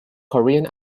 korean